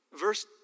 Verse